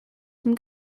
dem